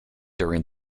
during